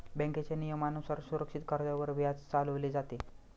बँकेच्या नियमानुसार सुरक्षित कर्जावर व्याज चालवले जाते